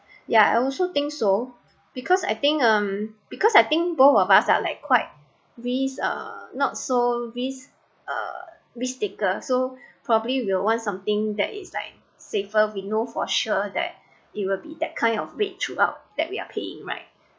ya I also think so because I think um because I think both of us are like quite risk uh not so risk uh risk taker so probably will want something that is like safer we know for sure that it will be that kind of rate throughout that we are paying right